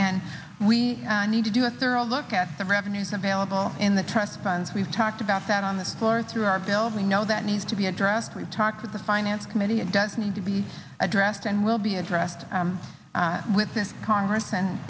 and we need to do a thorough look at the revenues available in the trust funds we've talked about that on the floor through our building no that needs to be addressed we talked with the finance committee it does need to be addressed and will be addressed within congress and